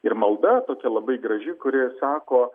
ir malda tokia labai graži kuri sako